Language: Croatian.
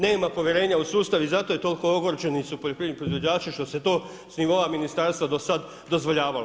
Nema povjerena u sustav i zato je toliko ogorčeni su poljoprivredni proizvođači što se to s nivoa ministarstva do sad dozvoljavalo.